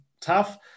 tough